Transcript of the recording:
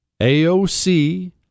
AOC